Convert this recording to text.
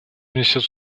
внесет